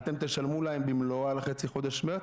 אתם תשלמו להם במלואו על חצי חודש מרץ,